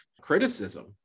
criticism